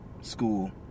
school